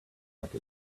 like